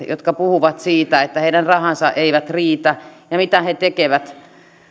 jotka puhuvat siitä että heidän rahansa eivät riitä ja mitä he tekevät